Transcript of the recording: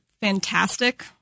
fantastic